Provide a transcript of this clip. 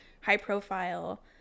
high-profile